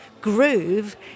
groove